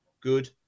Good